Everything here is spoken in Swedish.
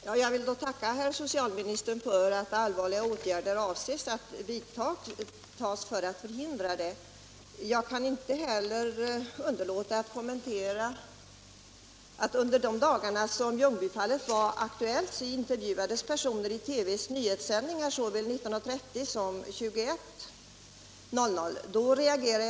Herr talman! Jag vill tacka herr socialministern för att han avser att vidta allvarliga åtgärder för att förhindra förtäring av metanolhaltiga vätskor. att förhindra förtäring av metanolhaltiga vätskor Jag kan inte underlåta att kommentera Ljungbyfallet. Under de dagar det var aktuellt intervjuades personer i TV:s nyhetssändningar såväl kl. 19.30 som kl. 21.00.